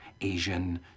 Asian